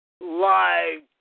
Live